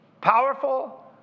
powerful